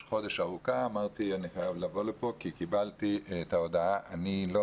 חודש ארוכה אבל אמרתי שאני חייב לבוא לכאן כי קיבלתי את ההודעה.